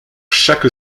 chaque